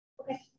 okay